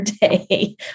day